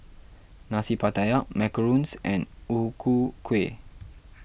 Nasi Pattaya Macarons and O Ku Kueh